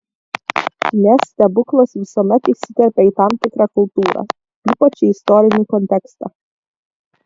nes stebuklas visuomet įsiterpia į tam tikrą kultūrą ypač į istorinį kontekstą